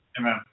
Amen